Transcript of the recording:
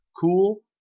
Cool